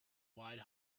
wide